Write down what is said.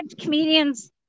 comedians